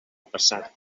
passat